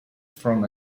from